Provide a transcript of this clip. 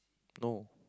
no